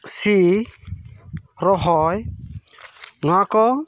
ᱥᱤ ᱨᱚᱦᱚᱭ ᱱᱚᱣᱟ ᱠᱚ